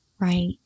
right